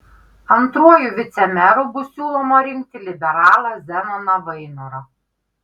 antruoju vicemeru bus siūloma rinkti liberalą zenoną vainorą